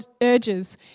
urges